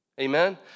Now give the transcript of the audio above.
Amen